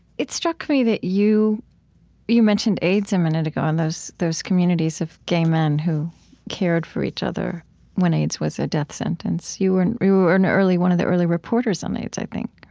it struck me that you you mentioned aids a minute ago and those those communities of gay men who cared for each other when aids was a death sentence. you were and you were and one of the early reporters on aids, i think,